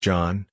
John